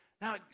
Now